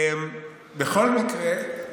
בכל מקרה,